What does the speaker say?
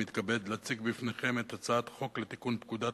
להצעת החוק הבאה: הצעת חוק לתיקון פקודת